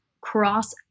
cross